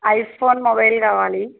iPhone mobile కావాలి